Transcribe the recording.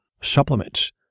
supplements